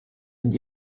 und